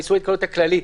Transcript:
איסור התקהלות כללי.